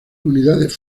comunidades